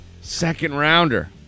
Second-rounder